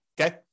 Okay